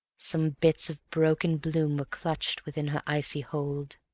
some bits of broken bloom were clutched within her icy hold.